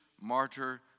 martyr